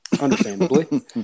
understandably